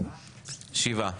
שבעה.